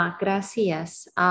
Gracias